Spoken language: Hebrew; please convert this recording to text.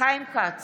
חיים כץ,